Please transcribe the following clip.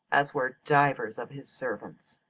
as were divers of his servants.